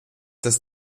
des